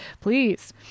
please